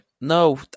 No